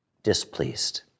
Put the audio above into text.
displeased